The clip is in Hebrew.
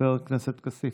חבר הכנסת כסיף,